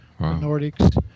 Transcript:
Nordics